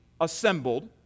assembled